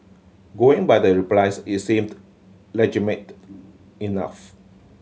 going by the replies it seems legitimate enough